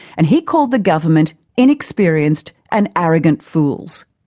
and he called the government inexperienced and arrogant fools.